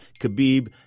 Khabib